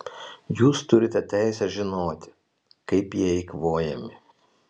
jūs turite teisę žinoti kaip jie eikvojami